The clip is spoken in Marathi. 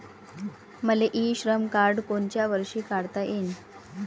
मले इ श्रम कार्ड कोनच्या वर्षी काढता येईन?